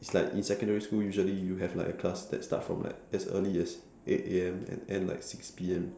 it's like in secondary school usually you have like a class that starts from like as early as eight A_M and ends like six P_M